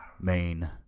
main